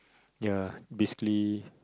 ya basically